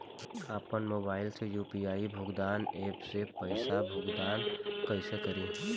आपन मोबाइल से यू.पी.आई भुगतान ऐपसे पईसा भुगतान कइसे करि?